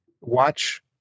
Watch